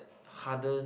harder